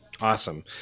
awesome